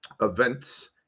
events